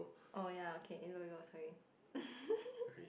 oh ya okay llo-llo sorry